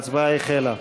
ההצבעה החלה.